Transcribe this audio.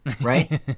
right